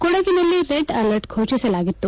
ಕೊಡಗಿನಲ್ಲಿ red alert ಫೋಷಿಸಲಾಗಿತ್ತು